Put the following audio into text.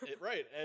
Right